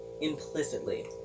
Implicitly